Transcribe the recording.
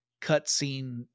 cutscene